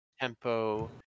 tempo